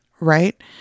right